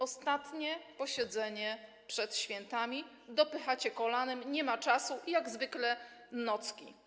Ostatnie posiedzenie przed świętami, dopychacie kolanem, nie ma czasu, jak zwykle nocki.